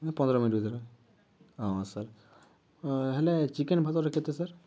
ପନ୍ଦର ମିନିଟ୍ ଭିତରେ ହଁ ସାର୍ ହେଲେ ଚିକେନ୍ ଭାତଟା କେତେ ସାର୍